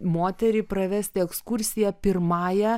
moterį pravesti ekskursiją pirmąja